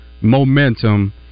momentum